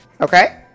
Okay